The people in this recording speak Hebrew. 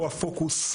פה הפוקוס.